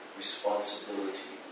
responsibility